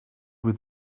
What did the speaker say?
with